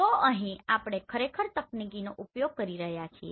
તો અહીં આપણે ખરેખર તકનીકીનો ઉપયોગ કરી રહ્યા છીએ